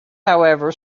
however